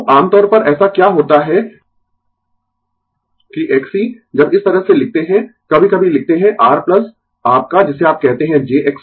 तो आम तौर पर ऐसा क्या होता है कि Xc जब इस तरह से लिखते है कभी कभी लिखते है R आपका जिसे आप कहते है jXc